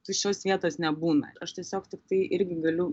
tuščios vietos nebūna aš tiesiog tiktai irgi galiu